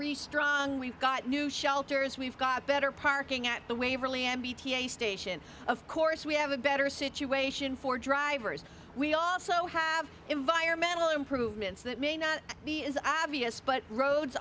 restrung we've got new shelters we've got better parking at the waverly and bta station of course we have a better situation for drivers we also have environmental improvements that may not be as obvious but roads